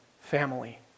family